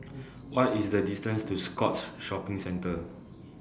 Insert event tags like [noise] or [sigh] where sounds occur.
[noise] What IS The distance to Scotts Shopping Centre [noise]